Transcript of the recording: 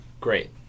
great